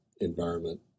environment